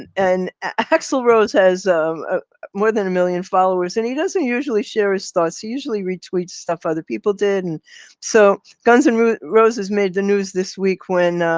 and and axl rose has more than a million followers and he doesn't usually share his thoughts. he usually retweets stuff other people did. and so guns and roses made the news this week when,